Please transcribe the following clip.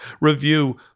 review